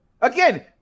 Again